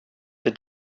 the